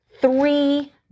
three